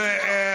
איפה התשובה?